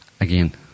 again